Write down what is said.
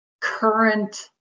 current